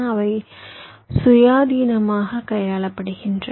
அவை சுயாதீனமாக கையாளப்படுகின்றன